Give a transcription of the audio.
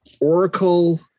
oracle